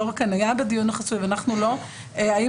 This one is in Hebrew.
היו"ר היה בדיון החסוי ואנחנו לא האם